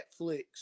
Netflix